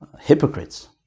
hypocrites